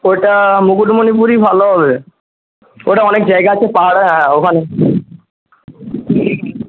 ওইটা মুকুটমনিপুরই ভালো হবে ওইটা অনেক জায়গা আছে পাহাড়ের হ্যাঁ ওখানে